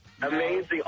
Amazing